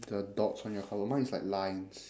the dots on your hello mine is like lines